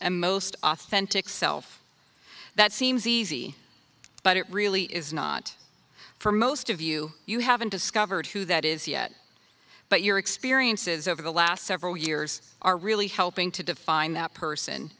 and most authentic self that seems easy but it really is not for most of you you haven't discovered who that is yet but your experiences over the last several years are really helping to define that person